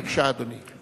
בבקשה, אדוני.